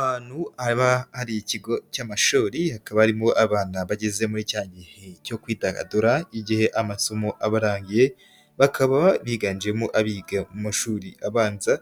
Ahantu haba hari ikigo cy'amashuri, hakaba harimo abana bageze muri cya gihe cyo kwidagadura, igihe amasomo abarangiye, bakaba biganjemo abiga mu mashuri abanza,